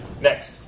Next